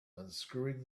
unscrewing